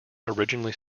originally